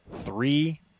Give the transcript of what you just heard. Three